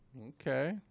Okay